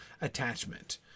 attachment